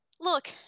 Look